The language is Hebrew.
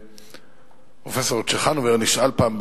ופרופסור צ'חנובר נשאל פעם,